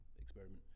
experiment